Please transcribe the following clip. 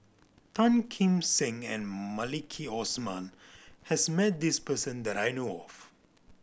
Tan Kim Seng and Maliki Osman has met this person that I know of